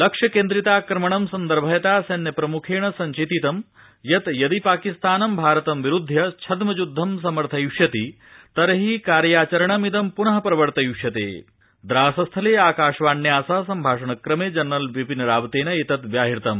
लक्ष्यक्वीताक्रमणं सन्दर्भयता सैन्यप्रमुखणीसंचतितं यत् यदि पाकिस्तानं भारतं विरूध्य छद्य यद्धं समर्थयिष्यति तर्हि कार्याचरणमिंद पन प्रवर्तयिष्यता द्रास स्थलकाशवाण्या सह सम्भाषणक्रमज्ञिनरल रावतमिएतत् व्याहृतम्